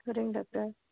சரிங்க டாக்டர்